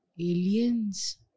aliens